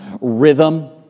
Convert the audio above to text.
rhythm